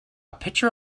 picture